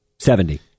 Seventy